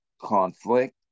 conflict